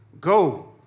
Go